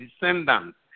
descendants